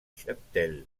cheptel